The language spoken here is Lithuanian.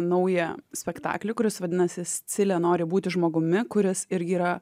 naują spektaklį kuris vadinasi sicilė nori būti žmogumi kuris irgi yra